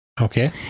Okay